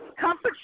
comfort